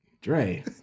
Dre